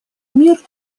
мир